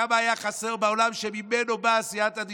כמה היה חסר בעולם שממנו באה הסייעתא דשמיא.